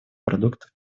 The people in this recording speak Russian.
продуктов